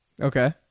Okay